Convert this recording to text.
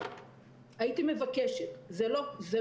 אני מבקשת, זה לא לעניין,